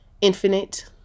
infinite